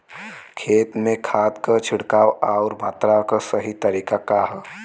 खेत में खाद क छिड़काव अउर मात्रा क सही तरीका का ह?